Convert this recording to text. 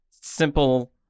simple